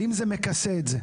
האם זה מכסה את זה?